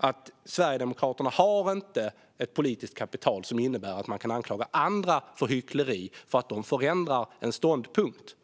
att Sverigedemokraterna inte har ett politiskt kapital som innebär att de kan anklaga andra för hyckleri när en ståndpunkt ändras.